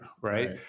right